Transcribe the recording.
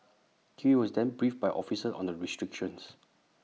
he was then briefed by officers on the restrictions